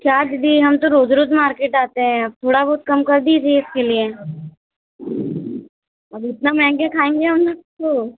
क्या दीदी हम तो रोज़ रोज़ मार्केट आते हैं आप थोड़ा बहुत कम कर दीजिए इसके लिए अभी इतना महंगे खाएंगे हम इसको